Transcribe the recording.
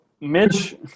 Mitch